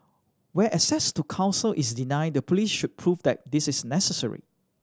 where access to counsel is denied the police should prove that this is necessary